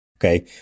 okay